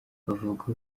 bavuga